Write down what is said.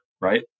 Right